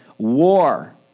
War